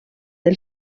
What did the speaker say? del